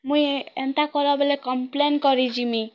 ମୁଇଁ ଏନ୍ତା କରା ବେଲେ କମ୍ପ୍ଲେନ୍ କରି ଜିମି